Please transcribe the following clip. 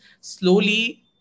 slowly